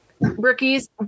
rookies